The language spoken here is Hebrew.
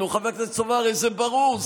חבר הכנסת סובה, זה הרי ברור.